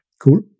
Cool